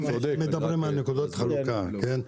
מדברים על נקודות חלוקה, כן?